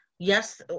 yes